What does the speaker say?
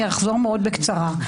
אני אחזור מאוד בקצרה.